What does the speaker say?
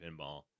pinball